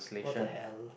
what the hell